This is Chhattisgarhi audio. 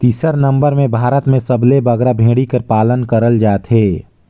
तीसर नंबर में भारत में सबले बगरा भेंड़ी कर पालन करल जाथे